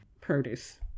produce